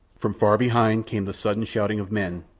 from far behind came the sudden shouting of men,